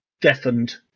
deafened